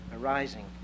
arising